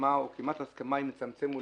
הסכמה או כמעט הסכמה אם נצמצם,